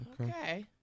Okay